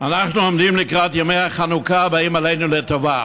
לקראת ימי החנוכה הבאים עלינו לטובה.